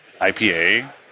IPA